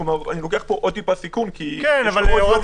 זה סביר.